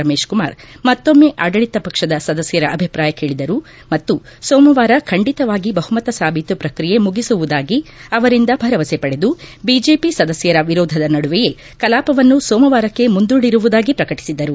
ರಮೇಶ್ಕುಮಾರ್ ಮತ್ತೊಮ್ನೆ ಆಡಳಿತ ಪಕ್ಷದ ಸದಸ್ಲರ ಅಭಿಪ್ರಾಯ ಕೇಳಿದರು ಮತ್ತು ಸೋಮವಾರ ಖಂಡಿತವಾಗಿ ಬಹುಮತ ಸಾಬೀತು ಪ್ರಕ್ರಿಯೆ ಮುಗಿಸುವುದಾಗಿ ಅವರಿಂದ ಭರವಸೆ ಪಡೆದು ಬಿಜೆಪಿ ಸದಸ್ನರ ವಿರೋಧದ ನಡುವೆಯೇ ಕಲಾಪವನ್ನು ಸೋಮವಾರಕ್ಕೆ ಮುಂದೂಡಿರುವುದಾಗಿ ಪ್ರಕಟಿಸಿದರು